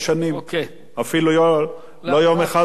אפילו לא יום אחד פחות,